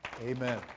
Amen